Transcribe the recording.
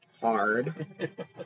Hard